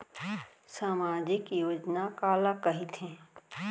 सामाजिक योजना काला कहिथे?